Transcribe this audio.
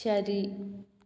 ശരി